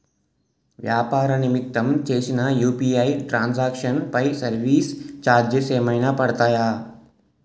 వ్యాపార నిమిత్తం చేసిన యు.పి.ఐ ట్రాన్ సాంక్షన్ పై సర్వీస్ చార్జెస్ ఏమైనా పడతాయా?